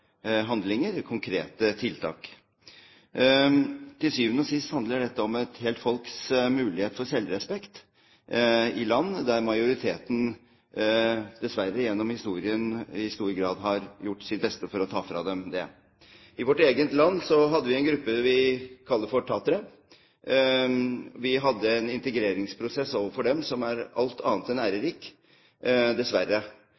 handlinger, i konkrete tiltak. Til syvende og sist handler dette om et helt folks mulighet for selvrespekt i land der majoriteten dessverre gjennom historien i stor grad har gjort sitt beste for å ta fra dem den. I vårt eget land hadde vi en gruppe som vi kaller for tatere. Vi hadde en integreringsprosess overfor dem som er alt annet enn